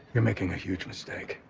you're making a huge mistake.